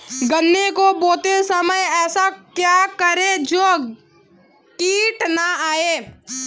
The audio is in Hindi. गन्ने को बोते समय ऐसा क्या करें जो कीट न आयें?